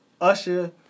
Usher